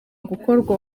gukorwa